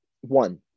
One